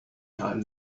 time